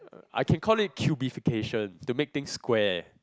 I can call it purification to make things square